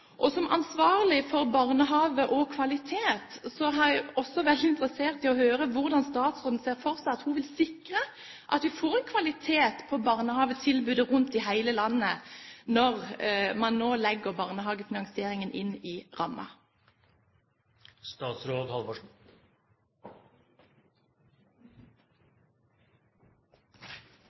Som ansvarlig for barnehage og kvalitet er jeg også veldig interessert i å høre hvordan statsråden ser for seg at hun kan sikre at vi får kvalitet i barnehagetilbudet i hele landet, når man nå legger barnehagefinansieringen inn i